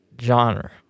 genre